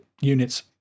units